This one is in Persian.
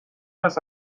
است